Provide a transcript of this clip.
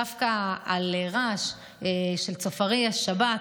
דווקא על רעש של צופרי השבת,